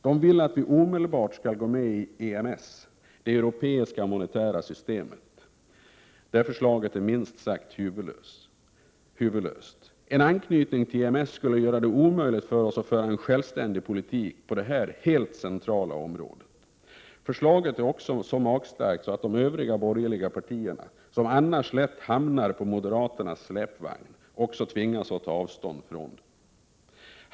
De vill att vi omedelbart skall gå med i EMS, det europeiska monetära samarbetet. Detta förslag är minst sagt huvudlöst. En anknytning till EMS skulle göra det omöjligt för oss att föra en självständig politik på detta helt centrala område. Förslaget är också så magstarkt att de övriga borgerliga partierna — som annars lätt hamnar på moderaternas släpvagn — också tvingas ta avstånd från det.